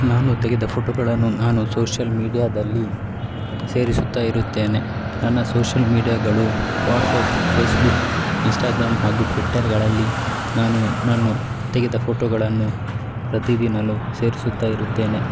ನಾನು ತೆಗೆದ ಫೊಟೊಗಳನ್ನು ನಾನು ಸೋಶ್ಯಲ್ ಮೀಡ್ಯಾದಲ್ಲಿ ಸೇರಿಸುತ್ತಾ ಇರುತ್ತೇನೆ ನನ್ನ ಸೋಶ್ಯಲ್ ಮೀಡ್ಯಾಗಳು ವಾಟ್ಸಪ್ ಫೇಸ್ಬುಕ್ ಇನ್ಸ್ಟಾಗ್ರಾಮ್ ಹಾಗೂ ಟ್ವಿಟ್ಟರ್ಗಳಲ್ಲಿ ನಾನು ನನ್ನ ತೆಗೆದ ಫೊಟೊಗಳನ್ನು ಪ್ರತೀ ದಿನಾಲೂ ಸೇರಿಸುತ್ತಾ ಇರುತ್ತೇನೆ